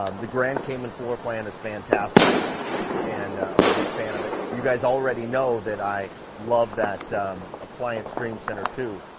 um the grand cayman floor plan is fantastic and i'm a big fan of it. you guys already know that i love that appliance dream center too.